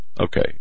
Okay